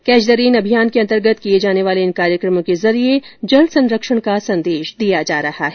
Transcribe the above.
catch the rain अभियान के अंतर्गत किए जाने वाले इन कार्यकमों के जरिये जल संरक्षण का संदेश दिया जा रहा है